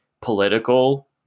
Political